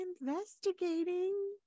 investigating